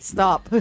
Stop